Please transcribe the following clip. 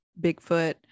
Bigfoot